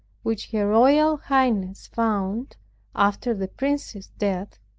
which her royal highness found after the prince's death,